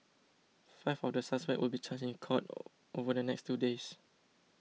five of the suspects will be charged in court over the next two days